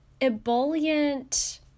ebullient